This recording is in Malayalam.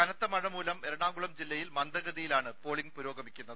കനത്തമഴ മൂലം എറണാകുളം ജില്ലയിൽ മന്ദഗതിയിലാണ് പോളിംഗ് പുരോഗമിക്കുന്നത്